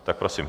Tak prosím.